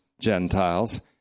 Gentiles